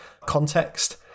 context